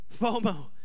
FOMO